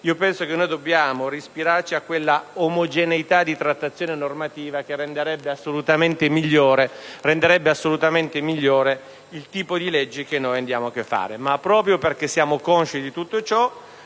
penso che dobbiamo ispirarci a quella omogeneità di trattazione normativa che renderebbe assolutamente migliore il tipo di leggi che andiamo a fare. Proprio perché siamo consci di tutto ciò